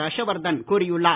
ஹர்ஷவர்தன் கூறியுள்ளார்